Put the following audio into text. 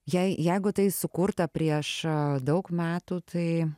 jei jeigu tai sukurta prieš daug metų tai